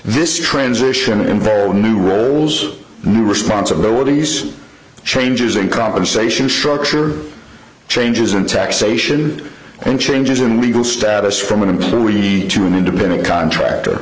this transition in very old new roles new responsibilities changes in compensation structure changes in taxation and changes in legal status from an employer we need to an independent contractor